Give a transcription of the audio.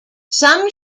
some